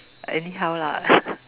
anyhow lah